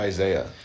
Isaiah